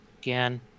again